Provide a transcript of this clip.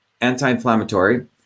anti-inflammatory